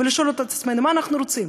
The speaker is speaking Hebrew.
ולשאול את עצמנו: מה אנחנו רוצים?